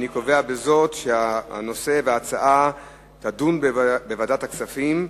אני קובע בזאת שהנושא יידון בוועדת הכספים.